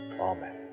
Amen